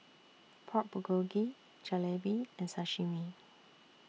Pork Bulgogi Jalebi and Sashimi